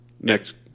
Next